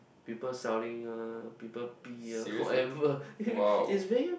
people selling ah people pee ah whatever it's very